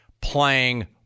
Playing